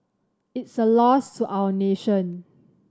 it's a loss to our nation